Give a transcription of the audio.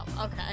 okay